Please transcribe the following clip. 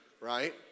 right